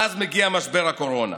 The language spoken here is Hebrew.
ואז מגיע משבר הקורונה.